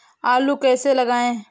आलू कैसे लगाएँ?